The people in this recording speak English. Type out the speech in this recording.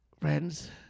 friends